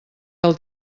del